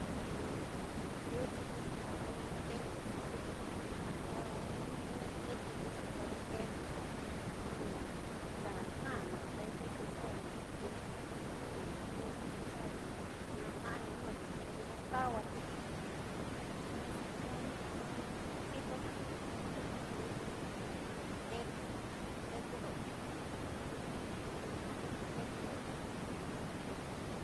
Kana, iyo tyikitiuna ko tekuxi, kuini, kuini kiti kuxi pero tekuxi, xa kanan tekuxi, xa kiti kusu, tekuxi xa na kanani te ñyuñ kauwati ñina xetiyo nxu xitona ñkuti ñu tekuxi ño zoti tuku kuini kiti kuti teteku do'oti.